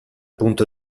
punto